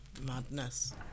madness